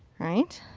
right.